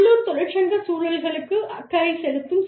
உள்ளூர் தொழிற்சங்க சூழல்களுக்கு அக்கறை செலுத்தும் சிக்கல்கள்